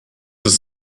ist